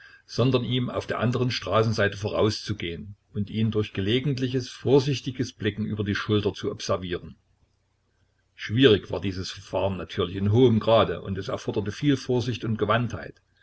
sondern ihm auf der anderen straßenseite vorauszugehen und ihn durch gelegentliches vorsichtiges blicken über die schulter zu observieren schwierig war dieses verfahren natürlich in hohem grade und es erforderte viel vorsicht und